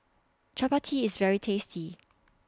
Chappati IS very tasty